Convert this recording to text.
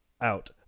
out